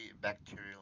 bacterial